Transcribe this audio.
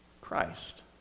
Christ